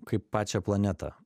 kaip pačią planetą